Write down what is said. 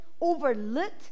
overlooked